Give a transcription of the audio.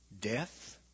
death